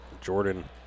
Jordan